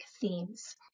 themes